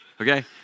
okay